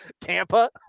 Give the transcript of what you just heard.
Tampa